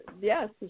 yes